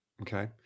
okay